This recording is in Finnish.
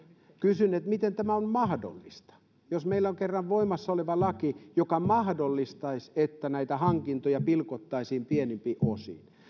kysyn miten tämä on mahdollista kun meillä on kerran voimassa oleva laki joka mahdollistaisi että näitä hankintoja pilkottaisiin pienempiin osiin